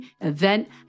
event